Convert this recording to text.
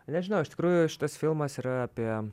nežinau iš tikrųjų šitas filmas yra apie